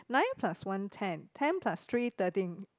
nine plus one ten ten plus three thirteen